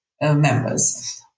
members